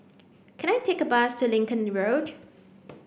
can I take a bus to Lincoln Road